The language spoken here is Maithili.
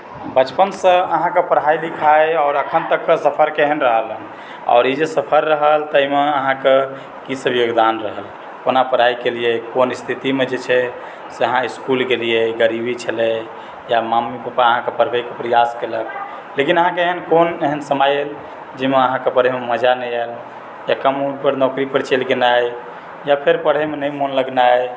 बचपनसँ अहाँकेँ पढ़ाई लिखाइ आओर अखन तकके सफर केहन रहल हँ आओर ई जे सफर रहल ताहिमे अहाँकेॅं की सभ योगदान रहल कोना पढ़ाई केलिऐ कोन स्थितिमे जे छै से अहाँ इस्कूल गेलिऐ गरीबी छलै या मम्मी पापा अहाँकेॅं पढ़बैके प्रयास केलक लेकिन अहाँकेँ कोन एहन समय आयल एहन जाहिमे अहाँकेॅं पढ़ैमे मजा नहि आयल या कम उम्र पर नौकरी पर चलि गेनाइ या फेर पढ़ैमे नहि मन लगनाइ